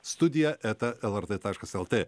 studija eta lrt taškas lt